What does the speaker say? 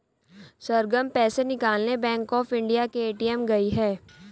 सरगम पैसे निकालने bank of India के ए.टी.एम गई है